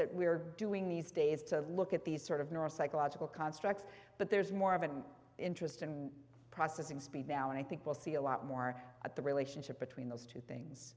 that we're doing these days to look at these sort of neuropsychological constructs but there's more of an interest in processing speed now and i think we'll see a lot more at the relationship between those two things